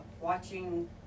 watching